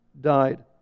died